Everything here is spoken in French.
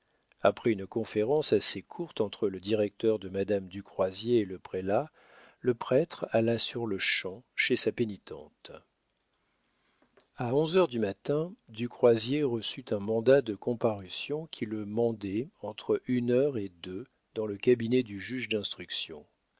après une conférence assez courte entre le directeur de madame du croisier et le prélat le prêtre alla sur-le-champ chez sa pénitente a onze heures du matin du croisier reçut un mandat de comparution qui le mandait entre une heure et deux dans le cabinet du juge d'instruction